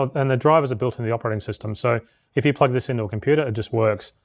and the drivers are built in the operating systems. so if you plug this into a computer, it just works.